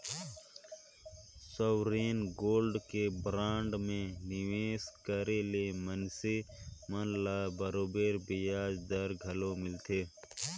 sovereign gold में bond में निवेस करे ले मइनसे मन ल बरोबेर बियाज दर घलो मिलथे